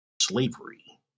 slavery